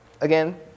again